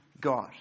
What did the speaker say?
God